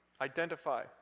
identify